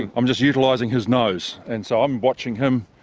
i'm just utilising his nose, and so i'm watching him.